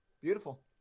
Beautiful